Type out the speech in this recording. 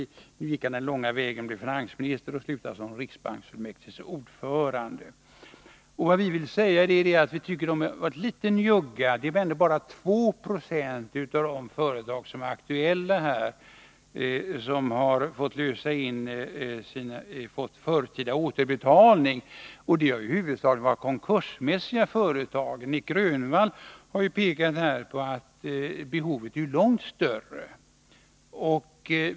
Nu gick han den långa vägen och blev finansminister och slutade som riksbanksfullmäktiges ordförande. Vad vi vill säga är att vi tycker att valutastyrelsen har varit litet njugg. Det är ändå bara 2 Yo av de företag som är aktuella som fått förtidsåterbetalning. Det har huvudsakligen varit konkursmässiga företag. Nic Grönvall har pekat på att behovet är långt större.